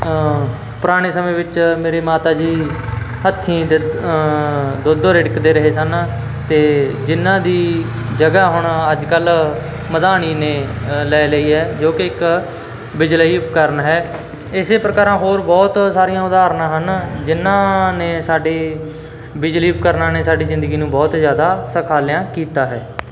ਪੁਰਾਣੇ ਸਮੇਂ ਵਿੱਚ ਮੇਰੇ ਮਾਤਾ ਜੀ ਹੱਥੀ ਦਿਧ ਦੁੱਧ ਰਿੜਕਦੇ ਰਹੇ ਸਨ ਤੇ ਜਿਨਾਂ ਦੀ ਜਗ੍ਹਾ ਹੁਣ ਅੱਜ ਕੱਲ ਮਧਾਣੀ ਨੇ ਲੈ ਲਈ ਐ ਜੋ ਕਿ ਇੱਕ ਬਿਜਲਈ ਉਪਕਰਨ ਹੈ ਇਸੇ ਪ੍ਰਕਾਰ ਹੋਰ ਬਹੁਤ ਸਾਰੀਆਂ ਉਦਾਹਰਨਾਂ ਹਨ ਜਿਨਾਂ ਨੇ ਸਾਡੀ ਬਿਜਲੀ ਉਪਕਰਨਾਂ ਨੇ ਸਾਡੀ ਜ਼ਿੰਦਗੀ ਨੂੰ ਬਹੁਤ ਜਿਆਦਾ ਸੁਖਾਲਿਆ ਕੀਤਾ ਹੈ